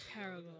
terrible